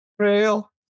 trail